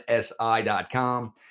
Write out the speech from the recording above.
SI.com